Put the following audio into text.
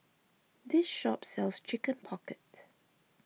this shop sells Chicken Pocket